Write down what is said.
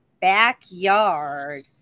Backyard